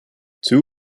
two